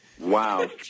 Wow